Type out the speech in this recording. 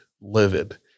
livid